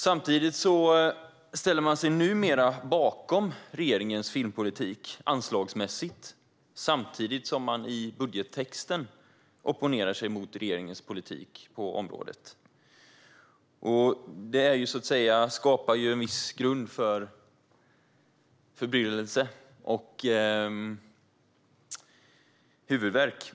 Numera ställer man sig bakom regeringens filmpolitik anslagsmässigt samtidigt som man i budgettexten opponerar sig mot regeringens politik på området. Detta skapar så att säga viss grund för förbryllelse och huvudvärk.